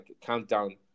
countdown